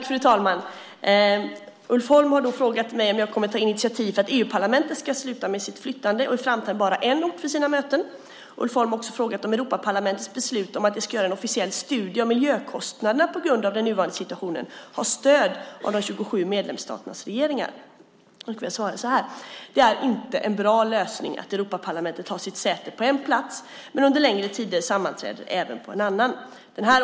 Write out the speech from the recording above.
Fru talman! Ulf Holm har frågat mig om jag kommer att ta initiativ för att EU-parlamentet ska sluta med sitt flyttande och i framtiden bara ha en ort för sina möten. Ulf Holm har också frågat om Europaparlamentets beslut om att det ska göras en officiell studie av miljökostnaderna på grund av den nuvarande situationen har stöd av de 27 medlemsstaternas regeringar. Det är inte en bra lösning att Europaparlamentet har sitt säte på en plats men under längre tider sammanträder även på en annan.